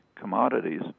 commodities